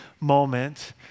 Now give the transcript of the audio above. moment